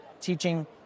teaching